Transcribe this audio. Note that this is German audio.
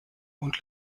und